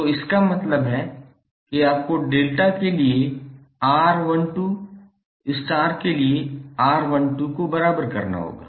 तो इसका मतलब है कि आपको डेल्टा के लिए 𝑅12 स्टार के लिए 𝑅12 को बराबर करना होगा